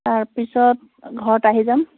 তাৰপিছত ঘৰত আহি যাম